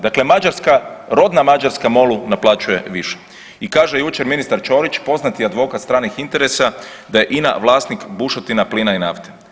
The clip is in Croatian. Dakle mađarska, rodna Mađarska MOL-u naplaćuje više i kaže jučer ministar Ćorić, poznati advokat stranih interesa, da je INA vlasnik bušotina plina i nafte.